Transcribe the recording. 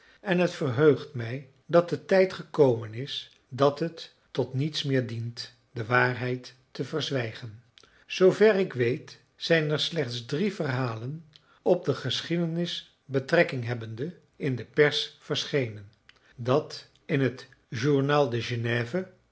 en het verheugt mij dat de tijd gekomen is dat het tot niets meer dient de waarheid te verzwijgen zoover ik weet zijn er slechts drie verhalen op de geschiedenis betrekking hebbende in de pers verschenen dat in het journal de genève